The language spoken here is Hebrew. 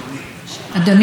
חבריי וחברותיי,